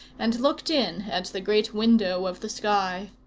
and looked in at the great window of the sky.